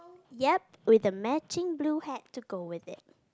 yup with a matching blue hat to go with it